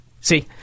See